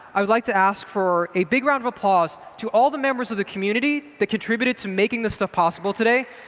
i would like to ask for a big round of applause to all the members of the community that contributed to making this stuff possible today.